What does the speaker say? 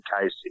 Casey